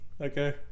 okay